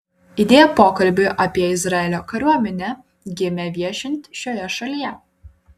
idėja pokalbiui apie izraelio kariuomenę gimė viešint šioje šalyje